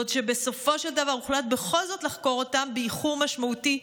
ועוד בסופו של דבר הוחלט בכל זאת לחקור אותם באיחור משמעותי,